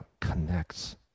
connects